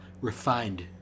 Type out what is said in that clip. refined